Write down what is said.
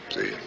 See